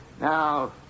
Now